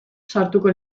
sartuko